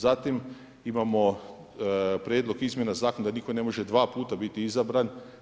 Zatim imamo prijedlog izmjena zakona da nitko ne može dva puta biti izabran.